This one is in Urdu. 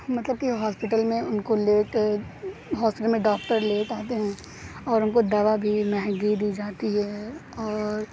مطلب کہ ہاسپیٹل میں ان کو لیٹ ہاسپیٹل میں ڈاکٹر لیٹ آتے ہیں اور ان کو دوا بھی مہنگی دی جاتی ہے اور